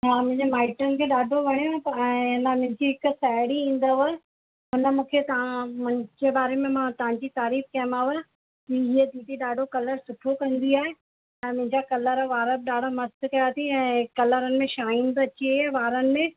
हा मुंहिंजे माइटनि खे ॾाढो वणियो ऐं मां मुंहिंजी हिकु साहेड़ी ईंदव उन मूंखे तव्हां मुंहिंजे बारे में मां तव्हांजी तारीफ़ कयमाव की हीअं दीदी ॾाढो कलर सुठी कंदी आहे ऐं मुंहिंजा कलर वारा बि ॾाढा मस्तु कया थी ऐं कलरनि में शाइन बि अची वई आहे वारनि में